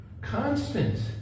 constant